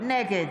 נגד